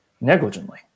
negligently